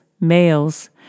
males